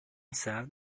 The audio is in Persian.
سرد